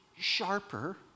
sharper